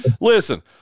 listen